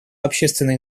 общественной